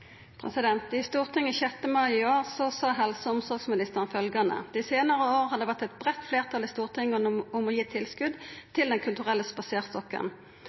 I Stortinget 6. mai i år sa helse- og omsorgsministeren dette: «De senere årene har det vært et bredt flertall i Stortinget om å gi tilskudd til Den kulturelle spaserstokken